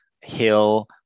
hill